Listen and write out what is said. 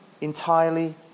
entirely